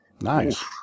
nice